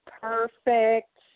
perfect